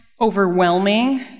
overwhelming